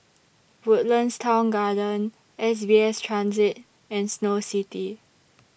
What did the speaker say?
Woodlands Town Garden S B S Transit and Snow City